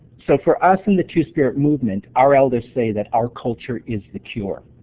so, for us in the two-spirit movement, our elders say that our culture is the cure.